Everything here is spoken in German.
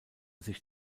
sich